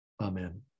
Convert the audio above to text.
amen